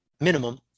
minimum